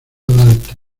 dalton